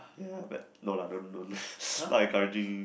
ya but no lah don't don't not encouraging